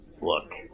Look